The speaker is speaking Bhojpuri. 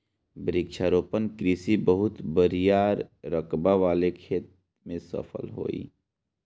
वृक्षारोपण कृषि बहुत बड़ियार रकबा वाले खेत में सफल होई